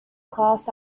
class